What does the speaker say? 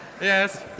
yes